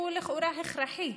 הוא לכאורה הכרחי,